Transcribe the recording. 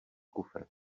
kufr